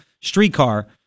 streetcar